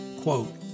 quote